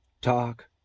talk